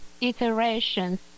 iterations